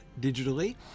digitally